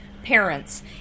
Parents